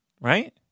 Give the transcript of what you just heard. right